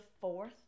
fourth